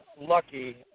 lucky